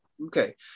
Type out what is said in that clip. Okay